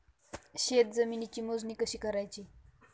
शेत जमिनीची मोजणी कशी करायची?